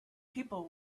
people